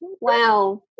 Wow